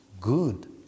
good